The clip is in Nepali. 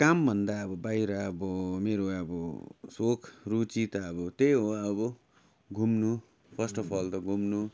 कामभन्दा अब बाहिर अब मेरो अब सोख रुचि त अब त्यहीँ हो अब घुम्नु फर्स्ट अफ अल त घुम्नु